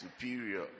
superior